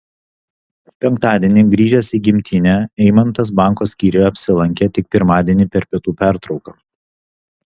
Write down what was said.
penktadienį grįžęs į gimtinę eimantas banko skyriuje apsilankė tik pirmadienį per pietų pertrauką